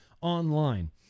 online